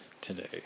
today